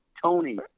Tony